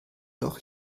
doch